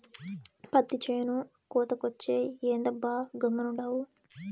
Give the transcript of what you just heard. పత్తి చేను కోతకొచ్చే, ఏందబ్బా గమ్మునుండావు